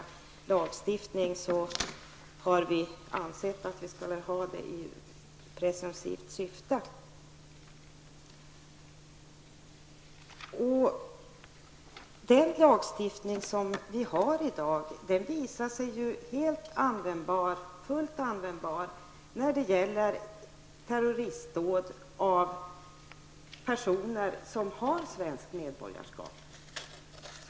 I inga andra fall har vi stiftat lagar i preventivt syfte. Den lagstiftning som vi har i dag har visat sig vara fullt användbar vid terroristdåd som begås av personer som har svenskt medborgarskap.